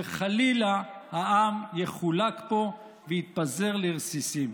שחלילה העם יחולק פה ויתפזר לרסיסים.